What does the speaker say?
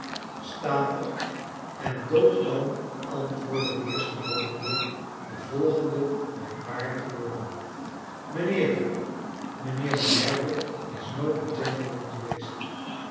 statig en doodkalm antwoordde de eerste bottelier de volgende merkwaardige woorden mijnheer mijnheer merdle is nooit een gentleman geweest